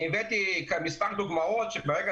אני הבאתי מספר דוגמאות, שברגע